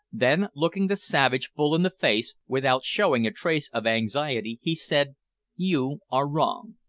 then looking the savage full in the face, without showing a trace of anxiety, he said you are wrong.